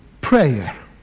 prayer